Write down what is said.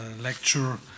lecture